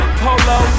polo